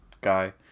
guy